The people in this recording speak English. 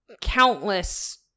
countless